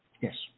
Yes